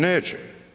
Neće.